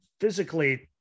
physically